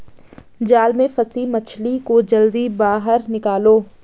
जाल में फसी मछली को जल्दी बाहर निकालो